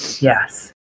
Yes